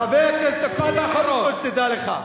חבר הכנסת אקוניס, רק תדע לך.